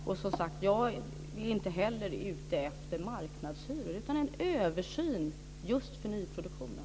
Och, som sagt, jag är inte heller ute efter marknadshyror utan en översyn just av nyproduktionen.